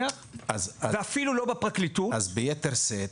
ואפילו לא בפרקליטות -- אז בייתר שאת